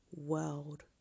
world